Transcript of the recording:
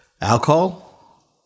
alcohol